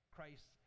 Christ